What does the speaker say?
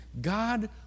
God